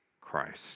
Christ